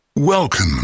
Welcome